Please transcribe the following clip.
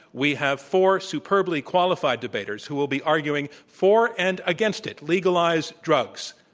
we have four superbly qualified debaters who will be arguing for and against it, legalize drugs.